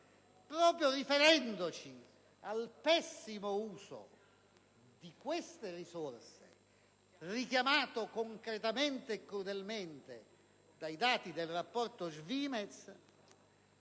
proprio riferendoci al pessimo uso di queste risorse, richiamato concretamente e crudelmente dai dati del rapporto SVIMEZ,